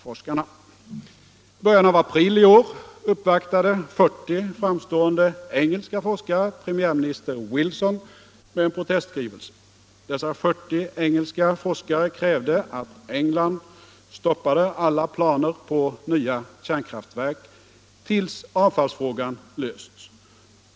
I början av april i år uppvaktade 40 framstående engelska forskare premiärminister Wilson med en protestskrivelse. De krävde att England stoppade alla planer på nya kärnkraftverk tills avfallsfrågan var löst.